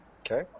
Okay